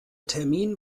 termin